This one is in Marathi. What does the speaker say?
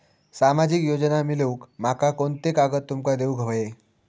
सामाजिक योजना मिलवूक माका कोनते कागद तुमका देऊक व्हये?